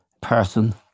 person